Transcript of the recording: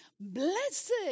Blessed